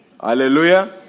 hallelujah